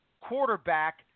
quarterback